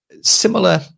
similar